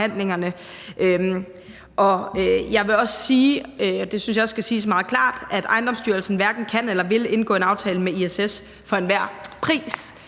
Jeg vil også sige, og det synes jeg også skal siges meget klart, at ejendomsstyrelsen hverken kan eller vil indgå en aftale med ISS for enhver pris,